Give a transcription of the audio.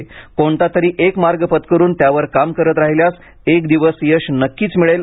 एक कोणता तरी एक मार्ग पत्करून त्यावर काम करत राहिल्यास एक दिवस यश नक्कीच मिळेल